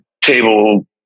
table